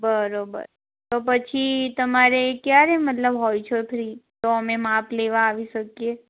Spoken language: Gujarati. બરાબર તો પછી તમારે ક્યારે મતલબ હોય છો ફ્રી તો અમે માપ લેવાં આવી શકીએ